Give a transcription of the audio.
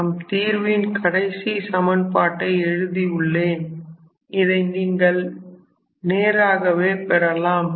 நான் தீர்வின் கடைசி சமன்பாட்டை எழுதி உள்ளேன் இதை நீங்கள் நேராகவே பெறலாம்